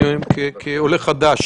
אני כעולה חדש.